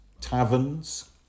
taverns